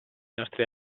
nostri